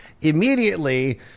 immediately